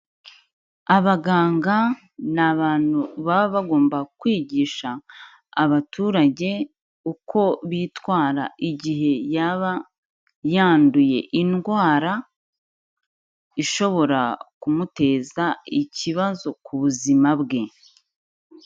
Abaganga ni abantu baba bagomba kwigisha abaturage uko bitwara igihe yaba yanduye indwara, ishobora kumuteza ikibazo ku buzima bwe.